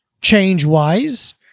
change-wise